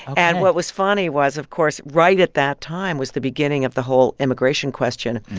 and what was funny was, of course, right at that time was the beginning of the whole immigration question,